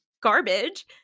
garbage